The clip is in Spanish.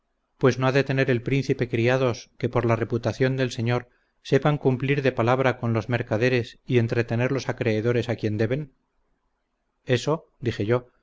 pues no ha de tener el príncipe criados que por la reputación del señor sepan cumplir de palabra con los mercaderes y entretener los acreedores a quien deben eso dije yo